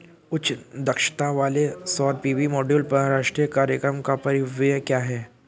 उच्च दक्षता वाले सौर पी.वी मॉड्यूल पर राष्ट्रीय कार्यक्रम का परिव्यय क्या है?